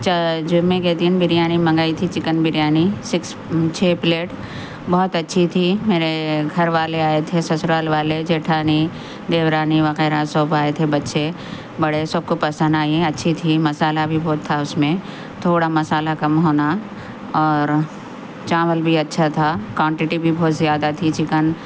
جا جمعہ کے دن بریانی منگائی تھی چکن بریانی سکس چھ پلیٹ بہت اچھی تھی میرے گھر والے آئے تھے سسرال والے جیٹھانی دیورانی وغیرہ سب آئے تھے بچے بڑے سب کو پسند آئی ہے اچھی تھی مسالہ بھی بہت تھا اس میں تھوڑا مسالہ کم ہونا اور چاول بھی اچھا تھا کونٹٹی بھی بہت زیادہ تھی چکن